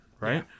right